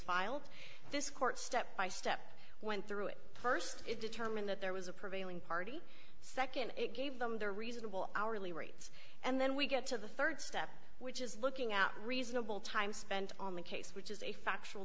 filed this court step by step went through it st it determined that there was a prevailing party nd it gave them the reasonable hourly rates and then we get to the rd step which is looking at reasonable time spent on the case which is a factual